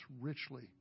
richly